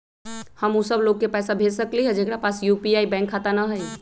हम उ सब लोग के पैसा भेज सकली ह जेकरा पास यू.पी.आई बैंक खाता न हई?